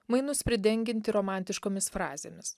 mainus pridengianti romantiškomis frazėmis